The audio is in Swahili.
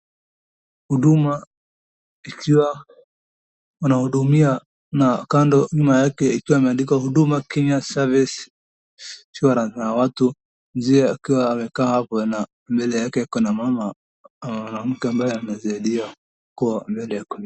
Huduma, ikiwa wanahudumia, na kando nyuma yake ikiwa imeandikwa Huduma Kenya service insure , na watu, mzee akiwa amekaa hapo na mbele yake ako na mama mwanamke ambaye anasaidiwa kwa mbele.